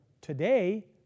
Today